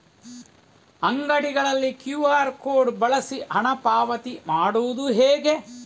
ಅಂಗಡಿಗಳಲ್ಲಿ QR code ಬಳಸಿ ಹಣ ಪಾವತಿ ಮಾಡೋದು ಹೇಗೆ?